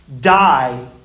die